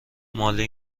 مالی